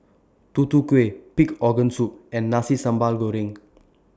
Tutu Kueh Pig Organ Soup and Nasi Sambal Goreng